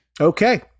Okay